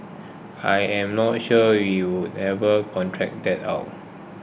I am not sure we would ever contract that out